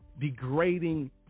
degrading